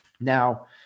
Now